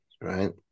right